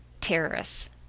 terrorists